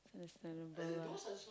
that's terrible lah